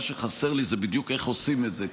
מה שחסר לי הוא איך עושים את זה בדיוק,